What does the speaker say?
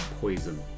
Poison